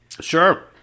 Sure